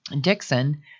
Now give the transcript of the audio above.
Dixon